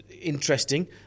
Interesting